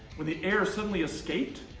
when the air suddenly escaped,